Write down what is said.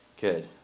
Good